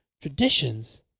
traditions